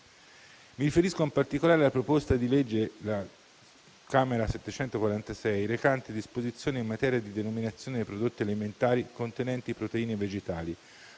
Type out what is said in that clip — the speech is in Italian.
Mi riferisco in particolare alla proposta di legge (Atto Camera 746) recante disposizioni in materia di denominazione dei prodotti alimentari contenenti proteine vegetali,